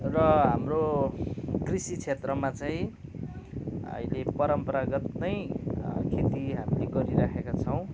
र हाम्रो कृषि क्षेत्रमा चाहिँ अहिले परम्परागत नै खेती हामीले गरि राखेका छौँ